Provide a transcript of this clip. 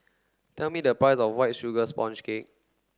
tell me the price of white sugar sponge cake